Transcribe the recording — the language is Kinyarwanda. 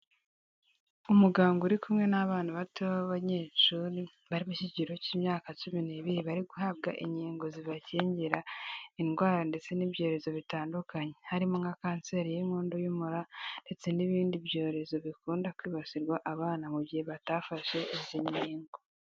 Umuganga uri kumwe n'abana bato b'abanyeshuri, bari mu kiciro cy'imyaka cumi n'ibiri, bari guhabwa inkingo zibakingira indwara ndetse n'ibyorezo bitandukanye, harimo nka kanseri y'inkondo y'umura ndetse n'ibindi byorezo bikunda kwibasirwa abana mu gihe batafashe izi nkingo.